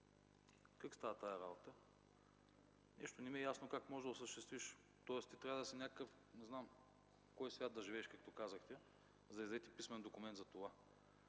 Как става тази работа? Нещо не ми е ясно как можеш да осъществиш, тоест ти трябва, не знам в кой свят да живееш, както казахте, за да издадеш писмен документ за това!